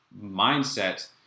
mindset